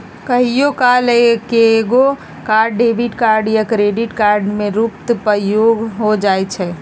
कहियो काल एकेगो कार्ड डेबिट कार्ड आ क्रेडिट कार्ड के रूप में प्रयुक्त हो जाइ छइ